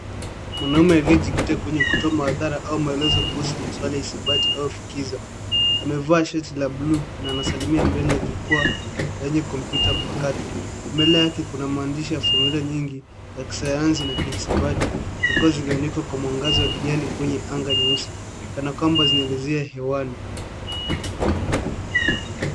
Mwanaume aliyejikita kwenye kutoa mahadhara au maelezo kuhusu swala ya hisabati au fikiza. Amevaa shati la buluu na anasalimia mbele ya jukwaa yenye kompyuta mpakato. Mbele yake kuna maandishi ya fomula nyingi za kisayansi na kihisabati zikiwa zimeandikwa kwa mwangaza wa kijani kwenye anga nyeusi, kana kwamba zinaelezea hewani.